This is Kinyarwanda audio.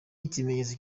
ikimenyetso